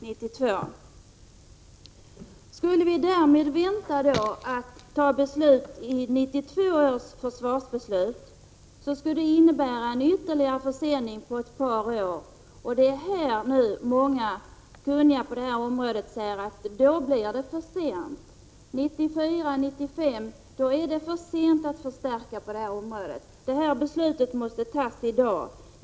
Om vi skulle vänta med beslut i detta avseende till 1992 års försvarsbeslut, skulle det innebära en ytterligare försening på ett par år. Många kunniga på det här området säger att då blir det för sent. 1994-1995 är det för sent att förstärka flygvapnet på det här området. Beslut härom måste fattas i dag.